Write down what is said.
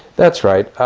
that's right.